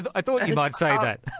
ah i thought you might say that!